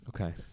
okay